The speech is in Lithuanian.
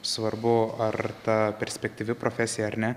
svarbu ar ta perspektyvi profesija ar ne